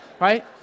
right